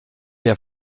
der